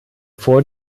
vor